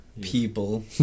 People